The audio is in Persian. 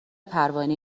پروانه